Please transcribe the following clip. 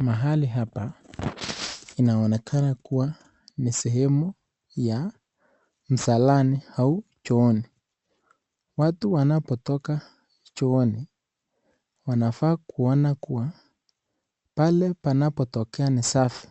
Mahali hapa inaonekana kuwa ni sehemu ya msalani au chooni, watu wanapotoka chooni wanafaa kuona kwua, pale wanapotokea ni safi,